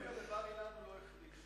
דווקא בבר-אילן הוא לא החריש.